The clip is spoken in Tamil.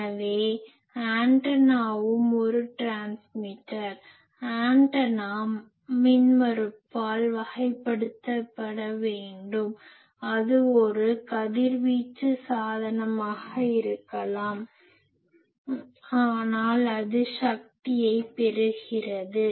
எனவே ஆண்டனாவும் ஒரு டிரான்ஸ்மிட்டர் ஆண்டனா மின்மறுப்பால் வகைப்படுத்தப்பட வேண்டும் அது ஒரு கதிர்வீச்சு சாதனமாக இருக்கலாம் ஆனால் அது சக்தியைப் பெறுகிறது